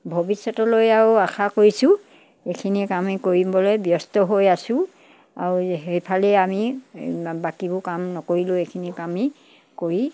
ভৱিষ্যতলৈ আৰু আশা কৰিছোঁ এইখিনি কামেই কৰিবলৈ ব্যস্ত হৈ আছোঁ আৰু সেইফালেই আমি বাকীবোৰ কাম নকৰিলেও এইখিনিক আমি কৰি